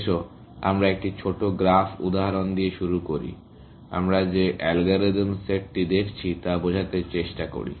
এসো আমরা একটি ছোট গ্রাফ উদাহরণ দিয়ে শুরু করি আমরা যে অ্যালগরিদম সেটটি দেখছি তা বোঝাতে চেষ্টা করি